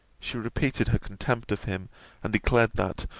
she repeated her contempt of him and declared, that,